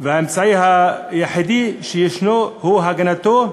והאמצעי היחידי שישנו הוא הגנתו,